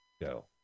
go